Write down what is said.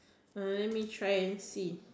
let me try and see